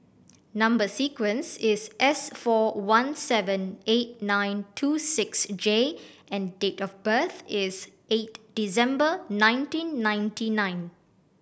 number sequence is S four one seven eight nine two six J and date of birth is eight December nineteen ninety nine